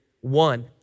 one